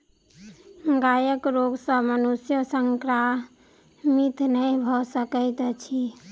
गायक रोग सॅ मनुष्य संक्रमित नै भ सकैत अछि